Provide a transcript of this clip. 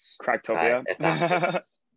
cracktopia